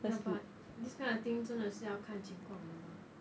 ya but this kind of things 真的是要看情况的吗